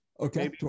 okay